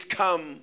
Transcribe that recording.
come